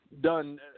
done